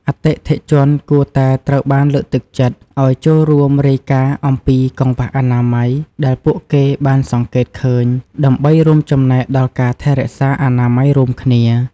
អតិថិជនគួរតែត្រូវបានលើកទឹកចិត្តឱ្យចូលរួមរាយការណ៍អំពីកង្វះអនាម័យដែលពួកគេបានសង្កេតឃើញ ដើម្បីរួមចំណែកដល់ការថែរក្សាអនាម័យរួមគ្នា។